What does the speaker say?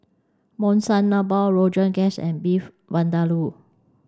Monsunabe Rogan Josh and Beef Vindaloo